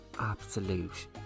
absolute